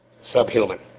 subhuman